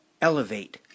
Elevate